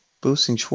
boosting